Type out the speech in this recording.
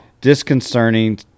Disconcerting